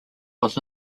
was